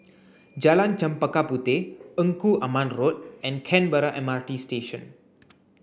Jalan Chempaka Puteh Engku Aman Road and Canberra M R T Station